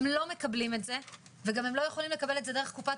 הם לא מקבלים את זה והם גם לא יכולים לקבל את זה דרך קופות